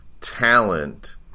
talent